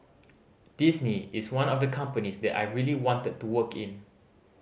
Disney is one of the companies that I really wanted to work in